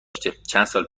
داشته، چندسال